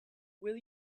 will